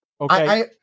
Okay